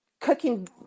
cooking